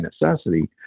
necessity